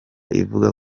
ivuga